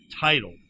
title